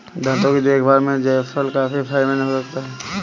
दांतों की देखभाल में जायफल काफी फायदेमंद हो सकता है